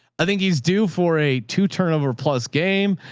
i think he's due for a two turnover plus game.